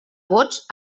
vots